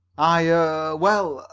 i er well,